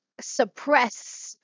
suppress